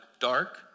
dark